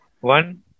one